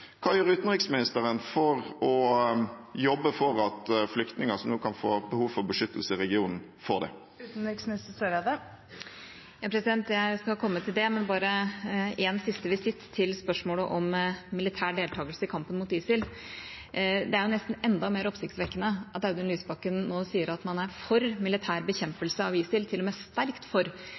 Hva gjør utenriksministeren for å jobbe for at flyktninger som nå kan få behov for beskyttelse i regionen, får det? Jeg skal komme til det, men bare én siste visitt til spørsmålet om militær deltakelse i kampen mot ISIL: Det er nesten enda mer oppsiktsvekkende at Audun Lysbakken nå sier at man er for militær bekjempelse av ISIL – til og med «sterkt for»